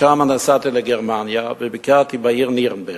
משם נסעתי לגרמניה וביקרתי בעיר נירנברג.